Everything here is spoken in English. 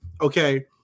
Okay